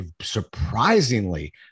surprisingly